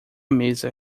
mesa